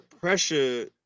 pressure